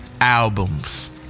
Albums